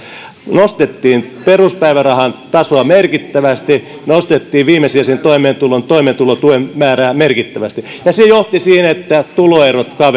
nostettiin peruspäivärahan tasoa merkittävästi nostettiin viimesijaisen toimeentulotuen määrää merkittävästi ja se johti siihen että tuloerot